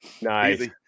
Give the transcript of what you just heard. nice